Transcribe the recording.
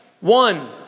One